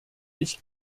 ich